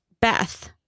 Beth